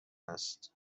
است